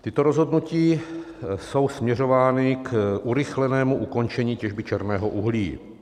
Tato rozhodnutí jsou směřována k urychlenému ukončení těžby černého uhlí.